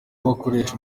abakoresha